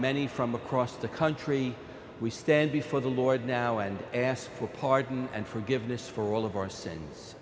many from across the country we stand before the lord now and ask for pardon and forgiveness for all of our